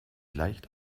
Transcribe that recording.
leicht